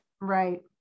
Right